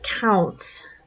counts